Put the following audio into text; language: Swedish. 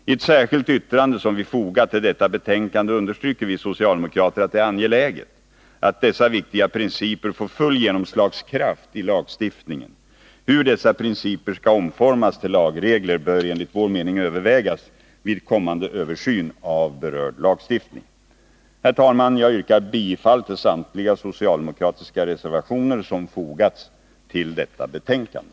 I ett särskilt yttrande, som vi fogat till betänkandet, understryker vi socialdemokrater att det är angeläget att dessa viktiga principer får fullt genomslag i lagstiftningen. Hur dessa principer skall omformas till lagregler bör enligt vår mening övervägas vid kommande översyn av berörd lagstiftning. Herr talman! Jag yrkar bifall till samtliga socialdemokratiska reservationer som fogats till detta betänkande.